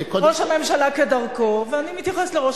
ראש הממשלה, כדרכו,